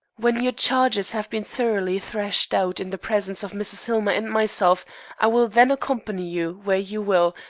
when your charges have been thoroughly thrashed out in the presence of mrs. hillmer and myself i will then accompany you where you will,